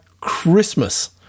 Christmas